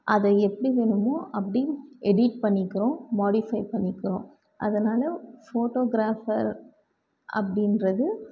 அதை எப்படி வேணுமோ அப்படி எடிட் பண்ணிக்கிறோம் மாடிஃபை பண்ணிக்கிறோம் அதனால் ஃபோட்டோகிராஃபர் அப்படின்றது